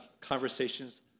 conversations